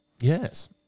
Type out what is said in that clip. Yes